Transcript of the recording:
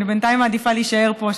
אני בינתיים מעדיפה להישאר פה,